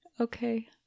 Okay